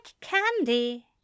candy